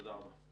תודה רבה.